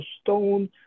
stone